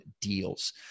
deals